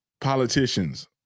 politicians